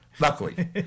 Luckily